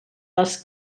les